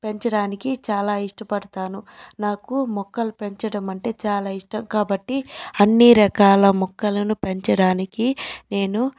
పెంచడానికి చాలా ఇష్టపడతాను నాకు మొక్కలు పెంచడమంటే చాలా ఇష్టం కాబట్టి అన్నీ రకాల మొక్కలను పెంచడానికి నేను